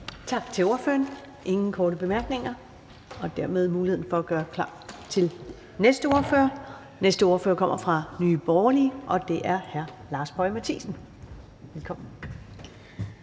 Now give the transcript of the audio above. Tak til ordføreren. Der er ingen korte bemærkninger, og der er dermed mulighed for at gøre klar til den næste ordfører, som kommer fra Nye Borgerlige, og det er hr. Lars Boje Mathiesen. Velkommen.